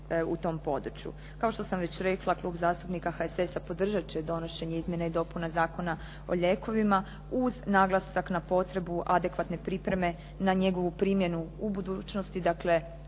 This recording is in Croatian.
u tom području. Kao što sam već rekla, Klub zastupnika HSS-a podržat će donošenje Izmjena i dopuna Zakona o lijekovima uz naglasak na potrebu adekvatne pripreme na njegovu primjenu u budućnosti,